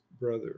brother